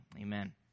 amen